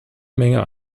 menge